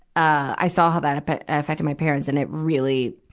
i saw how that but affected my parents, and it really,